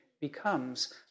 becomes